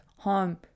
home